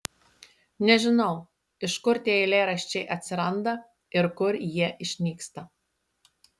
nežinau iš kur tie eilėraščiai atsiranda ir kur jie išnyksta